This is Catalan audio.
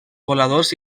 voladors